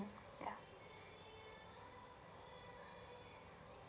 ya